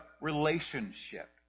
relationship